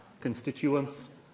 constituents